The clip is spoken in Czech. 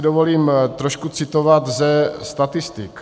Dovolím si trošku citovat ze statistik.